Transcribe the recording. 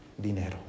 Dinero